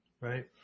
right